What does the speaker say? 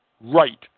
right